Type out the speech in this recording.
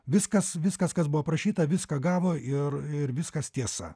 viskas viskas kas buvo parašyta viską gavo ir ir viskas tiesa